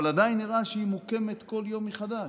אבל עדיין נראה שהיא מוקמת כל יום מחדש.